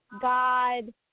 God